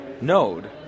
Node